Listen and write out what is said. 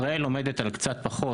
ישראל עומדת על קצת פחות,